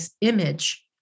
image